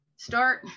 Start